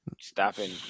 stopping